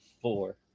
four